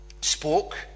spoke